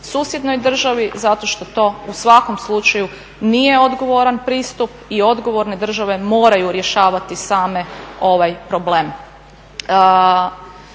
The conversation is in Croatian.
susjednoj državi zato što to u svakom slučaju nije odgovoran pristup i odgovorne države moraju rješavati same ovaj problem.